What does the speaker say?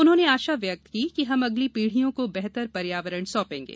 उन्होंने आशा व्यक्त की कि हम अगली पीढ़ियों को बेहतर पर्यावरण सौंपेंगे